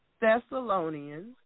Thessalonians